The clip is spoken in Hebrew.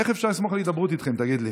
איך אפשר לסמוך על הידברות איתכם, תגיד לי?